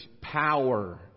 power